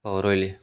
ହଉ ରହିଲି